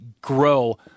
grow